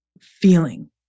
feeling